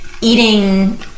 eating